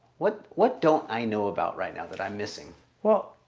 what what don't i know about right now that i'm missing well,